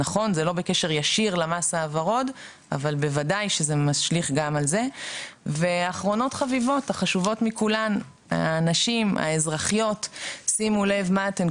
וצריך לוודא שנשים מרוויחות לפחות כמו גברים שעושים את אותו